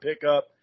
pickup